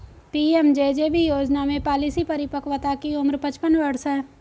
PMJJB योजना में policy परिपक्वता की उम्र पचपन वर्ष है